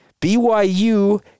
BYU